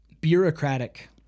bureaucratic